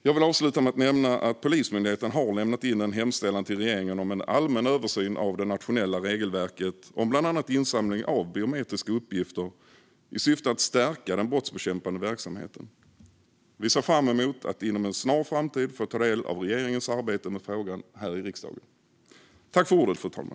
Jag vill avsluta med att nämna att Polismyndigheten har lämnat in en hemställan till regeringen om en allmän översyn av det nationella regelverket om bland annat insamling av biometriska uppgifter i syfte att stärka den brottsbekämpande verksamheten. Vi ser fram emot att inom en snar framtid få ta del av regeringens arbete med frågan här i riksdagen.